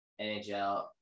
NHL